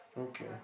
okay